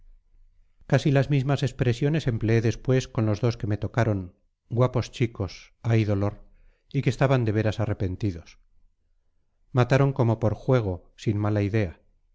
casi las mismas expresiones empleé después con los dos que me tocaron guapos chicos ay dolor y que estaban de veras arrepentidos mataron como por juego sin mala idea